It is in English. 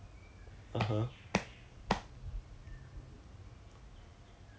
they he will get to keep the whole amount lah of of his ex gratia